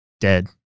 dead